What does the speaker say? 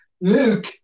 Luke